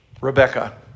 Rebecca